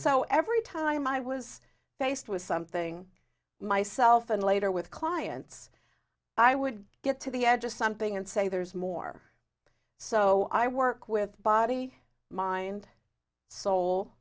so every time i was faced with something myself and later with clients i would get to the edge of something and say there's more so i work with body mind soul